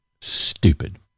stupid